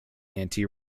anti